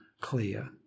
clear